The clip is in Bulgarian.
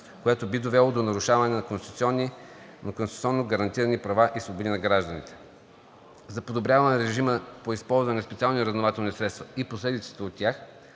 което би довело до нарушаване на конституционно гарантирани права и свободи на гражданите. За подобряване на режима по използване на специални разузнавателни средства и последиците от тях,